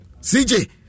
CJ